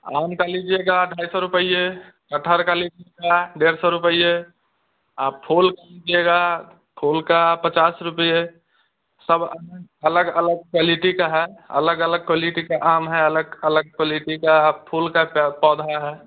आम का लीजिएगा ढाई सौ रुपये कठहल का लीजिएगा डेढ सौ रुपये आप फूल का लीजिएगा फूल का पचास रुपये सब अलग अलग क्वालिटी का है अलग अलग क्वालिटी के आम हैं अलग अलग क्वालिटी का फूल का क पौधा है